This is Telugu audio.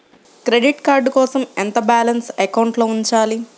క్రెడిట్ కార్డ్ కోసం ఎంత బాలన్స్ అకౌంట్లో ఉంచాలి?